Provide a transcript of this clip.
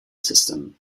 system